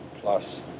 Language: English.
plus